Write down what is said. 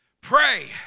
Pray